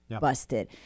busted